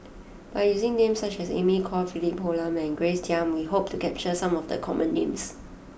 by using names such as Amy Khor Philip Hoalim Grace Young we hope to capture some of the common names